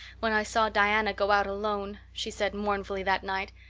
when i saw diana go out alone, she said mournfully that night.